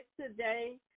today